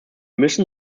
müssen